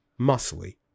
muscly